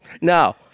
Now